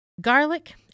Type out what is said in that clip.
Garlic